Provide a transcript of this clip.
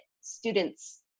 students